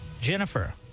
Jennifer